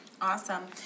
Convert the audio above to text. Awesome